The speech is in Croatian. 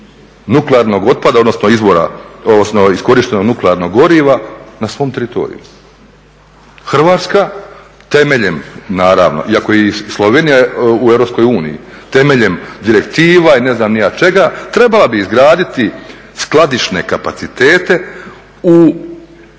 nuklearnog otpada, odnosno izvora, odnosno iskorištenog nuklearnog goriva na svom teritoriju. Hrvatska temeljem naravno, iako je i Slovenija u EU temeljem direktiva i ne znam ni ja čega trebala bi izgraditi skladišne kapacitete